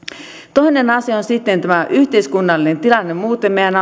toinen asia on sitten tämä yhteiskunnallinen tilanne muuten meidän